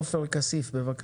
חבר הכנסת עופר כסיף בבקשה.